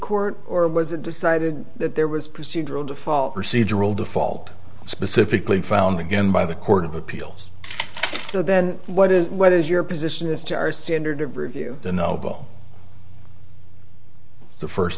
court or was it decided that there was procedural default procedural default specifically found again by the court of appeals so then what is what is your position is to our standard of review the noble the first